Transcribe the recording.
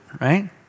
right